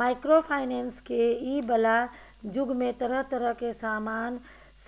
micro finance के इ बला जुग में तरह तरह के सामान